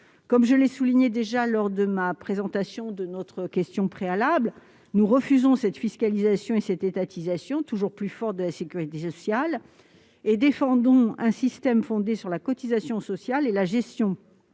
Comme je l'ai déjà indiqué en défendant notre motion tendant à opposer la question préalable, nous refusons cette fiscalisation et cette étatisation toujours plus fortes de la sécurité sociale et défendons un système fondé sur la cotisation sociale et sa gestion